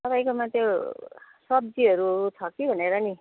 तपाईँकोमा त्यो सब्जीहरू छ कि भनेर नि